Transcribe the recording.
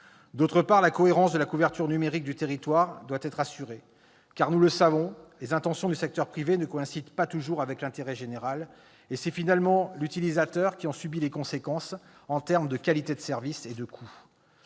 d'autre part, la cohérence de la couverture numérique du territoire doit être assurée. Nous le savons, les intentions du secteur privé ne coïncident pas toujours avec l'intérêt général, et c'est finalement l'utilisateur qui en subit les conséquences en termes de qualité de service et de coût.